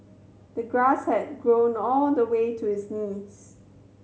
the grass had grown all the way to his knees